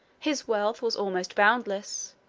his wealth was almost boundless.